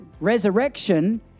resurrection